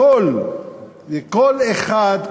כל אחד,